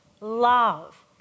love